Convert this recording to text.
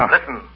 Listen